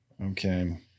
Okay